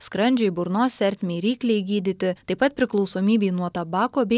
skrandžiui burnos ertmei ryklei gydyti taip pat priklausomybei nuo tabako bei